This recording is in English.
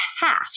half